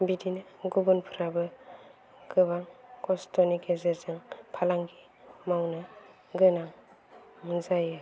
बिदिनो गुबुनफ्राबो गोबां खस्थ'नि गेजेरजों फालांगि मावनो गोनां जायो